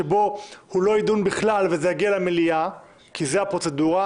שבו הוא לא ידון בכלל וזה יגיע למליאה כי זאת הפרוצדורה.